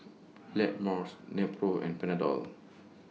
Blackmores Nepro and Panadol